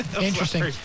interesting